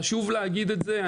חשוב להגיד את זה.